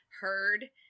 heard